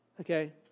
Okay